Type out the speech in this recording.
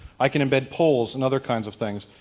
i can embed polls and other kinds of things.